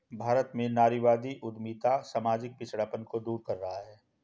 भारत में नारीवादी उद्यमिता सामाजिक पिछड़ापन को दूर कर रहा है